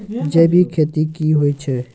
जैविक खेती की होय छै?